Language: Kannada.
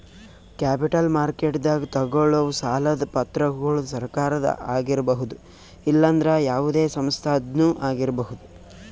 ಕ್ಯಾಪಿಟಲ್ ಮಾರ್ಕೆಟ್ದಾಗ್ ತಗೋಳವ್ ಸಾಲದ್ ಪತ್ರಗೊಳ್ ಸರಕಾರದ ಆಗಿರ್ಬಹುದ್ ಇಲ್ಲಂದ್ರ ಯಾವದೇ ಸಂಸ್ಥಾದ್ನು ಆಗಿರ್ಬಹುದ್